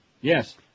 Yes